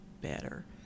better